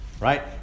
right